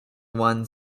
won